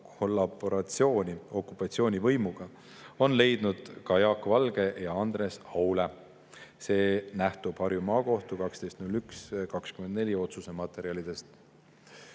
kollaboratsiooni okupatsioonivõimuga, on leidnud ka Jaak Valge ja Andres Aule. See nähtub Harju Maakohtu 12.01.2024 otsuse materjalidest.